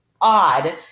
odd